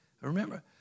Remember